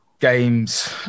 games